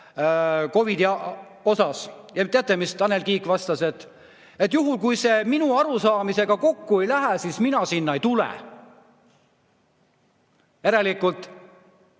COVID‑i teemal. Ja teate, mida Tanel Kiik vastas? Juhul, kui see minu arusaamisega kokku ei lähe, siis mina sinna ei tule. Järelikult